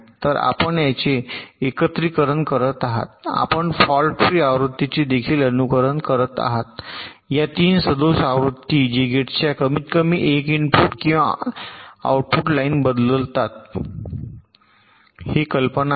तर आपण त्यांचे एकत्रिकरण करीत आहात आपण फॉल्ट फ्री आवृत्तीचे देखील अनुकरण करीत आहात या 3 सदोष आवृत्त्या जी गेटच्या कमीतकमी 1 इनपुट किंवा आउटपुट लाइन बदलतात हे कल्पना आहे